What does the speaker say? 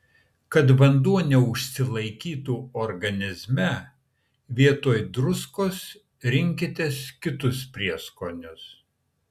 kad vanduo neužsilaikytų organizme vietoj druskos rinkitės kitus prieskonius